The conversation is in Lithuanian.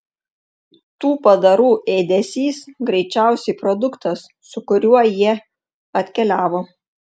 tų padarų ėdesys greičiausiai produktas su kuriuo jie atkeliavo